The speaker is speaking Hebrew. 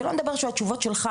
שלא נדבר שהתשובות שלך,